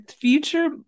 future